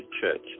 Church